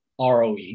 ROE